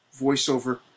voiceover